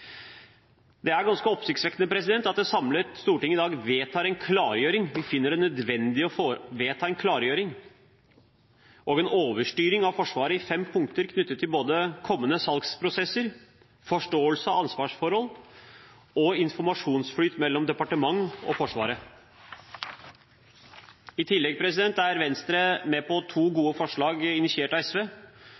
Det er ganske oppsiktsvekkende at et samlet storting i dag finner det nødvendig å vedta en klargjøring om en overstyring av Forsvaret i fem punkter knyttet til både kommende salgsprosesser, forståelse av ansvarsforhold og informasjonsflyt mellom departement og Forsvaret. I tillegg er Venstre med på to gode forslag initiert av SV.